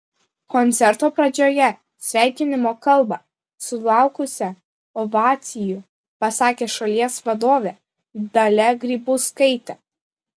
koncerto pradžioje sveikinimo kalbą sulaukusią ovacijų pasakė šalies vadovė dalia grybauskaitė